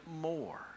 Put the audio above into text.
more